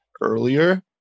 earlier